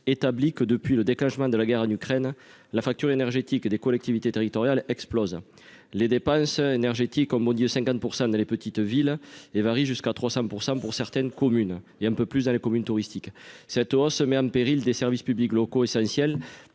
établi que, depuis le déclenchement de la guerre en Ukraine, la facture énergétique des collectivités territoriales explose les dépenses énergétiques oh mon Dieu, 50 pour 100 dans les petites villes et varie jusqu'à 300 % pour certaines communes et un peu plus dans les communes touristiques cette se met en péril des services publics locaux essentiels